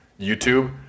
YouTube